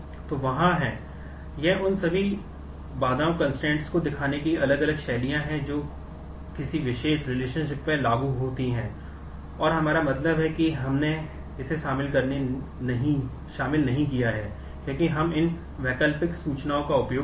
तो वहाँ हैं ये उन सभी बाधाओं को देखें